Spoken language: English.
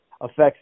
affects